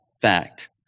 fact